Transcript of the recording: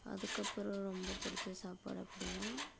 அதுக்கப்புறம் ரொம்ப பிடித்த சாப்பாடு அப்படின்னா